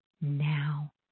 now